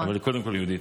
אבל היא קודם כול יהודית,